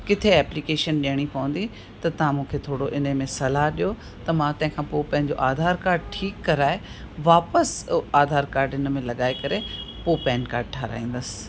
किथे एप्लीकेशन ॾियणी पवंदी त तव्हां मूंखे थोरो इन में सलाह ॾियो त मां तंहिंखां पोइ पंहिंजो आधार कार्ड ठीकु कराए वापसि आधार कार्ड इन में लॻाए करे पोइ पेन कार्ड ठाराहींदसि